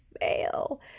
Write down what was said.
fail